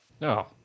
No